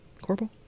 Corporal